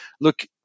look